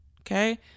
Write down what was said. Okay